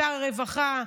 שר הרווחה,